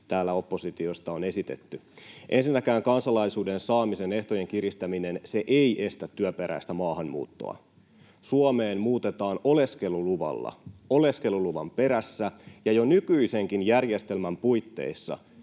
täällä oppositiosta on esitetty. Ensinnäkään kansalaisuuden saamisen ehtojen kiristäminen ei estä työperäistä maahanmuuttoa. Suomeen muutetaan oleskeluluvalla, oleskeluluvan perässä, ja jo nykyisenkin järjestelmän puitteissa